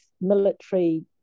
military